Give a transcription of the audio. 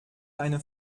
einer